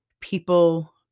People